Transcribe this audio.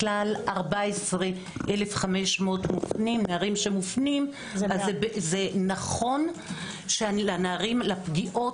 מכלל 14,500 נערים שמופנים נכון שלפגיעות